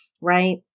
right